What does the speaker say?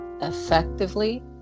effectively